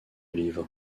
livres